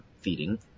feeding